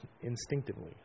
instinctively